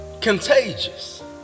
contagious